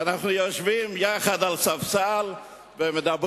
ואנחנו היינו יושבים יחד על ספסל ומדברים,